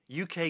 UK